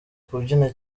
kubyina